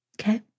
Okay